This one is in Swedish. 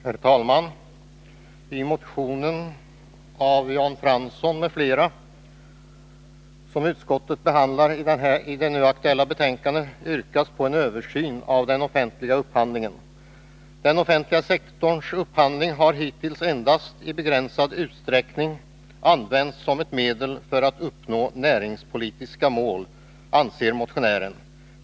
Herr talman! I motion 1981/82:1165 av Jan Fransson m.fl., som utskottet behandlar i det nu aktuella betänkandet, yrkas på en översyn av den offentliga upphandlingen. Den offentliga sektorns upphandling har hittills endast i begränsad utsträckning använts som ett medel för att uppnå näringspolitiska mål, anser motionärerna.